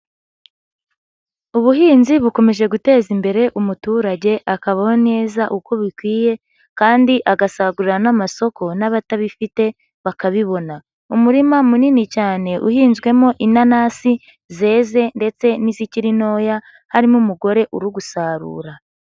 Ubuhinzi bukomeje guteza imbere umuturage akabaho neza uko bikwiye kandi agasagurira n'amasoko n'abatabifite bakabibona. Umurima munini cyane uhinzwemo inanasi zeze ndetse n'izikiri ntoya, harimo umugore uri gusarura.